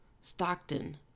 Stockton